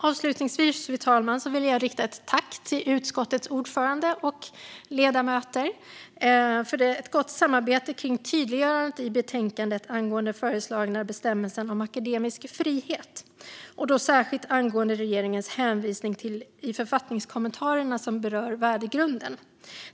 Avslutningsvis, fru talman, vill jag rikta ett tack till utskottets ordförande och övriga ledamöter för ett gott samarbete kring tydliggörandet i betänkandet angående den föreslagna bestämmelsen om akademisk frihet, särskilt angående regeringens hänvisning i författningskommentarerna som berör värdegrunden.